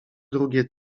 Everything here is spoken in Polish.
drugie